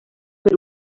per